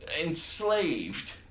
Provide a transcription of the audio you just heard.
enslaved